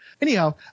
Anyhow